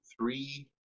three